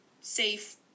safe